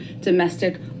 domestic